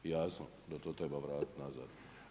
Jasno da to treba vratiti nazad.